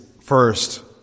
first